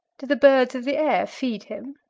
do the birds of the air feed him?